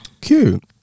cute